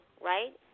right